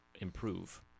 improve